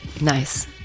nice